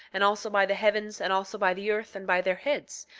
and also by the heavens, and also by the earth, and by their heads,